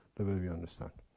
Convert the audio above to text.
the way we understand.